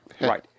Right